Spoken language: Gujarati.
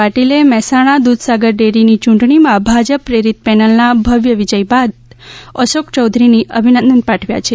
પાટિલે મહેસાણા દૂધસાગર ડેરીની ચૂંટણીમાં ભાજપ પ્રેરિત પેનલના ભવ્ય વિજય બદલ અશોક ચૌધરીને અભિનંદન પાઠવ્યા છે